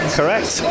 correct